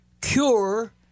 cure